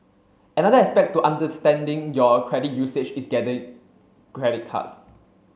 another aspect to understanding your credit usage is getting credit cards